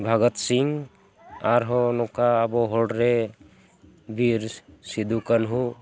ᱵᱷᱚᱜᱚᱛ ᱥᱤᱝ ᱟᱨᱦᱚᱸ ᱱᱚᱝᱠᱟ ᱟᱵᱚ ᱦᱚᱲ ᱨᱮ ᱵᱤᱨ ᱥᱤᱫᱩ ᱠᱟᱱᱩ